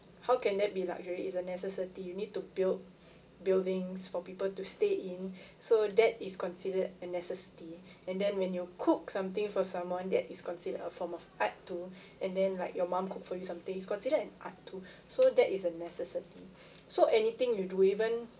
how can that be luxury is a necessity you need to build buildings for people to stay in so that is considered a necessity and then when you cook something for someone that is considered a form of art too and then like your mum cook for you something is considered an art too so that is a necessity so anything you do even